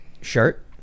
shirt